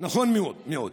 נכון מאוד.